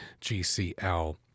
GCL